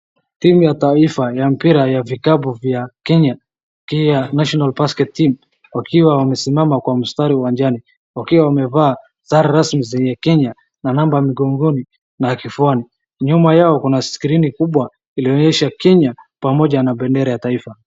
Timu ya taifa ya mpira ya vikapu vya Kenya, Kenya National Basket Team wakiwa wamesimama kwa mstari uwanjani wakiwa wamevaa sare rasmi zenye Kenya na namba migongoni na kifuani. Nyuma yao kuna skrini kubwa ilionyesha Kenya pamoja na bendera ya taifa.